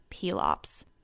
Pelops